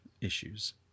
issues